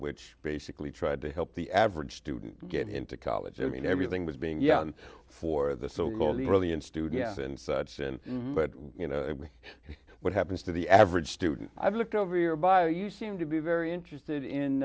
which basically tried to help the average student get into college i mean everything was being young for the so called brilliant student and such and you know what happens to the average student i look over your bio you seem to be very interested in